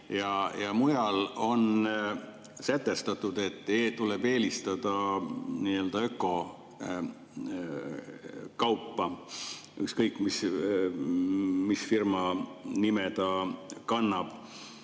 ja muu, on sätestatud, et tuleb eelistada ökokaupa, ükskõik mis firma nime ta kannab.